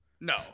No